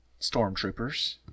Stormtroopers